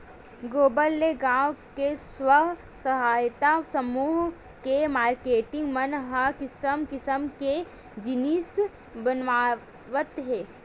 गोबर ले गाँव के स्व सहायता समूह के मारकेटिंग मन ह किसम किसम के जिनिस बनावत हे